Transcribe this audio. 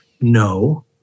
no